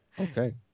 Okay